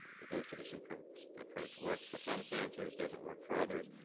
the dose addition approach works approach works for some cancers, doesn't work for others.